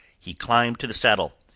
he climbed to the saddle.